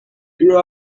grew